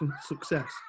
success